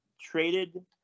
traded